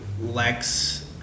Lex